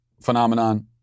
phenomenon